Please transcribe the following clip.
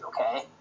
okay